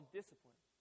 discipline